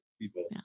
people